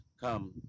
come